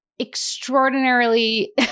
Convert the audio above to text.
extraordinarily